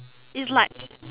it's like